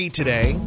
today